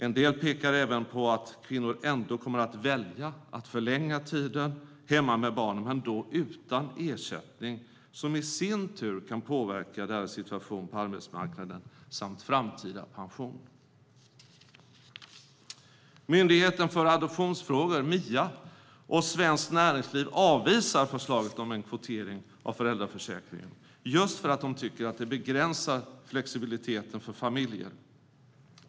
En del pekar även på att kvinnor ändå kommer att välja att förlänga tiden hemma med barnen men då utan ersättning, vilket i sin tur kan påverka deras situation på arbetsmarknaden samt framtida pension. Myndigheten för adoptionsfrågor, MIA, och Svenskt Näringsliv avvisar förslaget om en kvotering av föräldraförsäkringen just för att de tycker att det begränsar flexibiliteten för familjer.